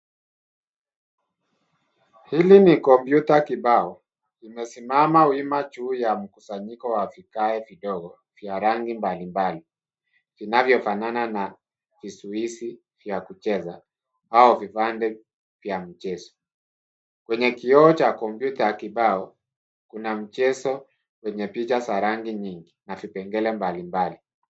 Hili ni komputa kibao kimesimama wima juu ya mkusanyiko wa vigae vidogo, vya rangi mbali mbali vinavyofanana na vizuizi vya kucheza au vipande vya mchezo. Kwenye kioo cha kompyuta kibao, kuna mchezo wenye picha za rangi nyingi na vipengele mbali mbali.